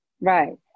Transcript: Right